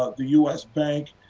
the u s. bank.